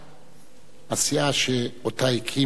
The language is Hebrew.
שגנדי הקים.